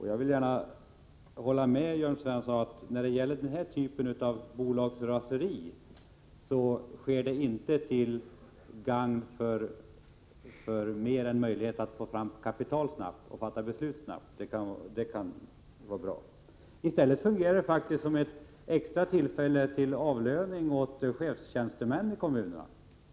Jag håller med Jörn Svensson om att den typen av bolagsraseri inte är till gagn, mer än möjligen när det gäller att snabbt få fram kapital och fatta beslut; det kan vara bra. I stället fungerar detta som ett tillfälle att ge extra avlöning åt chefstjänstemännen i kommunen.